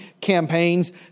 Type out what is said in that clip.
campaigns